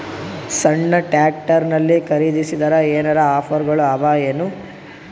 ಸಣ್ಣ ಟ್ರ್ಯಾಕ್ಟರ್ನಲ್ಲಿನ ಖರದಿಸಿದರ ಏನರ ಆಫರ್ ಗಳು ಅವಾಯೇನು?